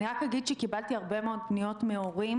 רק אגיד שקיבלתי הרבה מאוד פניות מהורים,